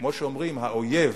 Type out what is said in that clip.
כמו שאומרים: האויב